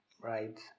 right